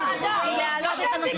ועדת כבר.